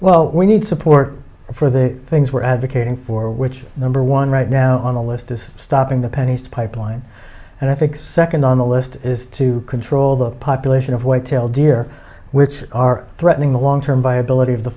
well we need support for the things we're advocating for which number one right now on the list is stopping the pennies pipeline and i think second on the list is to control the population of white tail deer which are threatening the long term viability of the